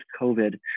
COVID